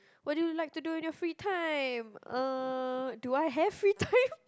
what do you like to do on your free time uh do I have free time